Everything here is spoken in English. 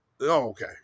okay